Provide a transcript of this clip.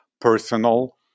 personal